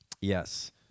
Yes